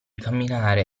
camminare